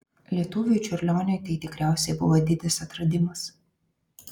lietuviui čiurlioniui tai tikriausiai buvo didis atradimas